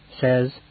says